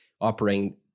operating